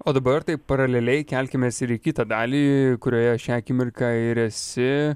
o dabar taip paraleliai kelkimės ir į kitą dalį kurioje šią akimirką ir esi